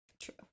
True